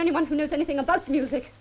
anyone who knows anything about music